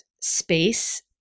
space